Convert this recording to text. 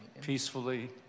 peacefully